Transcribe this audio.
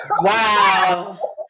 Wow